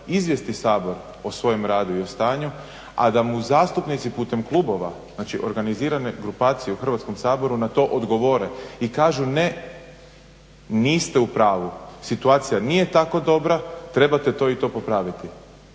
izvijesti Sabor o svojem radu i o stanju a da mu zastupnici putem klubova, znači organizirane grupacije u Hrvatskom saboru na to odgovore i kažu ne, niste u pravu. Situacija nije tako dobra, trebate to i to popraviti.